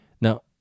Now